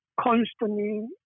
constantly